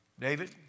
David